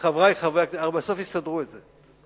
חברי חברי הכנסת, יסדרו את זה.